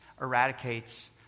eradicates